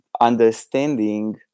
Understanding